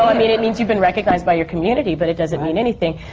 i mean it means you've been recognized by your community, but it doesn't mean anything.